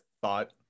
thought